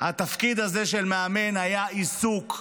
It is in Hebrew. התפקיד הזה של מאמן היה עיסוק.